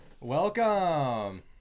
Welcome